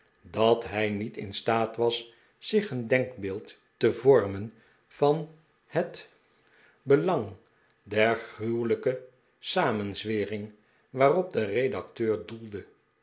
dat hij niet in staat was zich een denkbeeld te vormen van het belang der gruwelijke samenzwering waarop de redacteur doelde